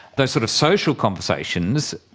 those sort of social conversations,